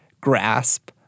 grasp